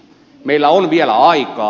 meillä on vielä aikaa